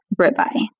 ribeye